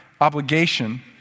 obligation